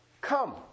Come